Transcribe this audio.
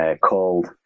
called